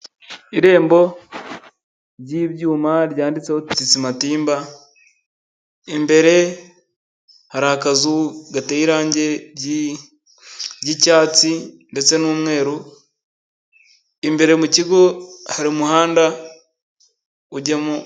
Irembo ry'ibyuma ryanditseho TTC Matimba, imbere hari akazu gateye irange ry'icyatsi ndetse n'umweru, imbere mu kigo hari umuhanda ujyamo.